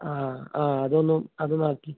ആ ആ അത് ഒന്ന് അത് ഒന്ന് ആക്കി